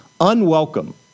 unwelcome